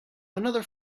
another